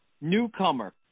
newcomer